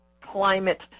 climate